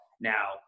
Now